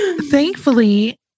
thankfully